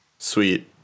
Sweet